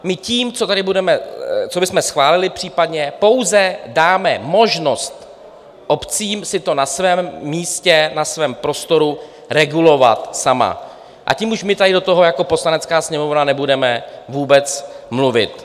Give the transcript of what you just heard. My tím, co bychom schválili případně, pouze dáme možnost obcím si to na svém místě, na svém prostoru regulovat samy a tím už my tady do toho jako Poslanecká sněmovna nebudeme vůbec mluvit.